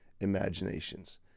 imaginations